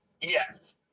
Yes